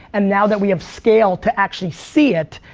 and now that we have scale to actually see it,